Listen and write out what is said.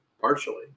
partially